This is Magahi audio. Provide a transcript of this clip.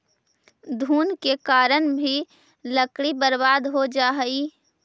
घुन के कारण भी लकड़ी बर्बाद हो जा हइ